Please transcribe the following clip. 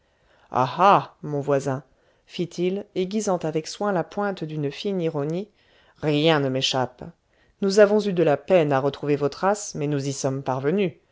mon voisin fit-il aiguisant avec soin la pointe d'une fine ironie rien ne m'échappe nous avons eu de la peine à retrouver vos traces mais nous y sommes parvenus